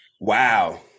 Wow